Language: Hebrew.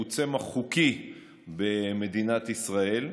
הוא צמח חוקי במדינת ישראל,